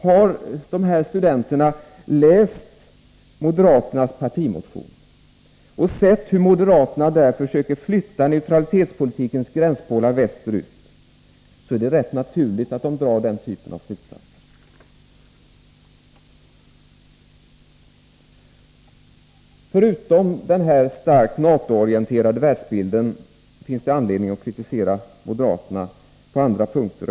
Har de här studenterna läst moderaternas partimotion och sett hur moderaterna där försöker flytta neutralitetspolitikens gränspålar västerut, är det rätt naturligt att de drar den typen av slutsats. Förutom den starkt NATO-orienterade världsbilden finns det anledning att kritisera moderaterna på andra punkter.